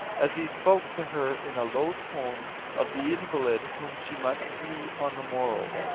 as he spoke to her in a low tone of the invalid whom she must see on the morrow.